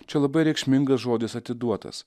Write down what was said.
čia labai reikšmingas žodis atiduotas